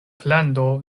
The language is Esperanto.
plendo